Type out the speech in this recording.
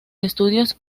estudios